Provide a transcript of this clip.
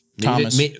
thomas